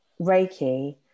Reiki